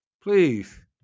please